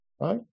Right